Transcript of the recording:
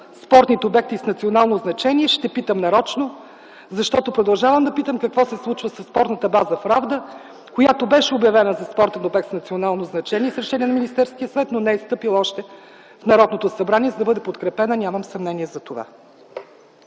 спортните обекти с национално значение ще питам нарочно, защото продължавам да питам какво се случва със спортната база в Разград, която беше обявена за спортен обект с национално значение с решение на Министерския съвет, но не е стъпила още в Народното събрание, за да бъде подкрепена. Нямам съмнения затова.